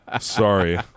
Sorry